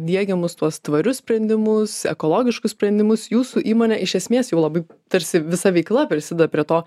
diegiamus tuos tvarius sprendimus ekologiškus sprendimus jūsų įmonė iš esmės jau labai tarsi visa veikla prisideda prie to